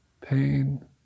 pain